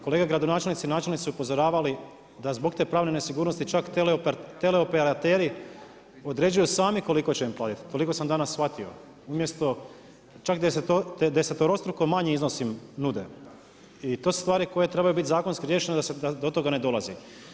Kolega gradonačelnici, načelnici su upozoravali da zbog te pravne nesigurnosti, čak teleoperateri određuju sami koliko će im faliti, toliko sam danas shvatio, umjesto čak desetorostruku manje iznosi im nude i to su stvari koje trebaju biti zakonski riješene da se do toga ne dolazi.